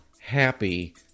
happy